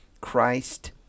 Christ